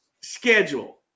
schedule